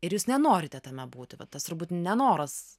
ir jūs nenorite tame būti va tas turbūt nenoras